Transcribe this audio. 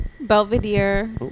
Belvedere